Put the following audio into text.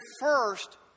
first